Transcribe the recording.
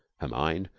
her mind,